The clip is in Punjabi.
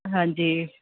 ਹਾਂਜੀ